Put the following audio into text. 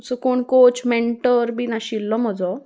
so कोण coach mentor बी नाशिल्लो म्हजो